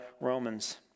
Romans